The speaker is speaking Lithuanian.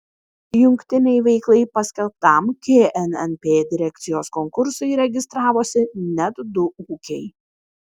jungtinei veiklai paskelbtam knnp direkcijos konkursui registravosi net du ūkiai